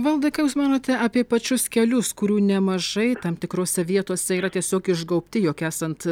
valdai ką jūs manote apie pačius kelius kurių nemažai tam tikrose vietose yra tiesiog išgaubti jog esant